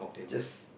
just